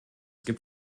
gibt